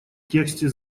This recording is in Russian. тексте